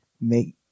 make